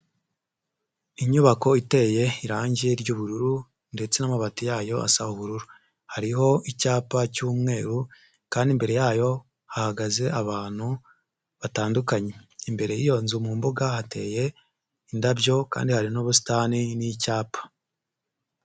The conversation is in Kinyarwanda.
Inyubako iteye irangi ry'ubururu ndetse n'amabati yayo asa ubururu, hariho icyapa cy'umweru kandi imbere yayo hahagaze abantu batandukanye, imbere y'iyo nzu mu mbuga hateye indabyo kandi hari n'ubusitani n'icyapa.